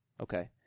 Okay